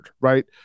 right